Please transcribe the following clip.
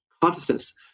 consciousness